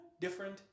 different